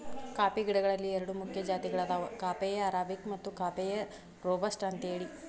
coffee ಗಿಡಗಳಲ್ಲಿ ಎರಡು ಮುಖ್ಯ ಜಾತಿಗಳದಾವ ಕಾಫೇಯ ಅರಾಬಿಕ ಮತ್ತು ಕಾಫೇಯ ರೋಬಸ್ಟ ಅಂತೇಳಿ